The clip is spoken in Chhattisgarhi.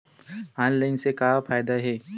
ऑनलाइन से का फ़ायदा हे?